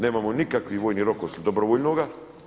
Nemamo nikakvi vojni rok osim dobrovoljnoga.